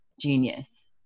genius